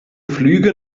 flüge